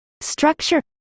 Structure